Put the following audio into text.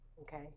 okay